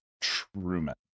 Truman